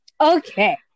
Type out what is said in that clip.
Okay